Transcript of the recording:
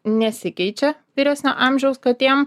nesikeičia vyresnio amžiaus katėm